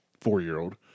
four-year-old